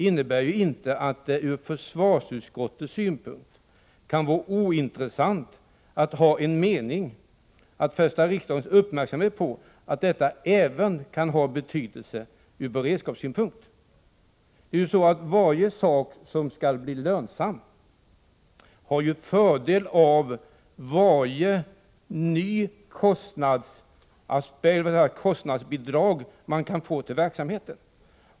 Det kan inte från försvarsutskottets synpunkt vara ointressant att fästa riksdagens uppmärksamhet på att detta även kan ha betydelse från beredskapssynpunkt. Varje produktion som skall bli lönsam ju har fördel av vartenda nytt bidrag som kan fås till kostnaderna för verksamheten.